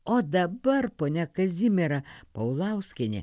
o dabar ponia kazimiera paulauskienė